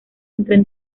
entre